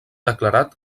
declarat